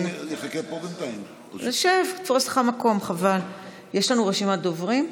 יש לנו רשימת דוברים?